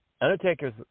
Undertaker's